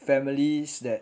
families that